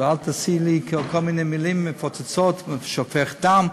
ואל תעשי לי כל מיני מילים מפוצצות כמו "שופך דם".